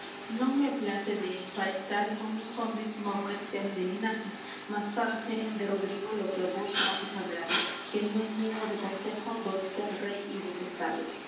non me place de emparentar con los condes magüer sean de linaje mas fágase ende rodrigo lo que á vos más os agrade que no hay mengua de consejo do está el rey y vos